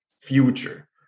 future